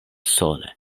sole